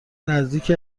نزدیک